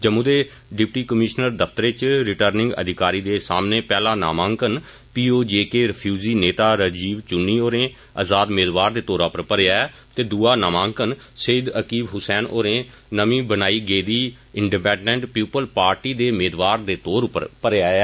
जम्मू दे deputy commissioner दफ्तरै इच रिटरनिंग अधिकारी दे सामनै पैहला नामंकन P O J K refugee नेता राजीव चुन्नी होरें आजाद मेदवार दे तौरा पर भरेआ ऐ ते दुआ नामांकन सैयद अकीब हुसैन होरें नमीं बनायी गेदी इनडिपैंडेंट पीयुप्ल पार्टी दे मेदवार दे तौरा पर भरेआ ऐ